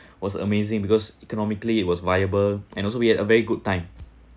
was amazing because economically it was viable and also we had a very good time